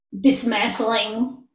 dismantling